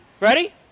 ready